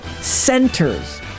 centers